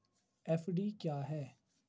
FD क्या है?